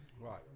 Right